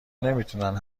نمیتونن